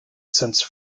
since